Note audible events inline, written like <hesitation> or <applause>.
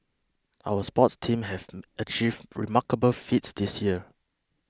our sports teams have <hesitation> achieved remarkable feats this year